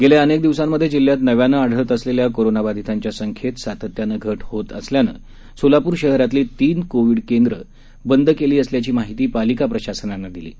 गेल्या अनेक दिवसांमधे जिल्ह्यात नव्यानं आढळत असलेल्या कोरोनाबाधितांच्या संख्येत सातत्यानं घट होत असल्यानं सोलापूर शहरातली तीन कोविड उपचार केंद्रं बंद केली असल्याची माहिती पालिका प्रशासनानं दिली आहे